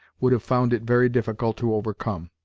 would have found it very difficult to overcome.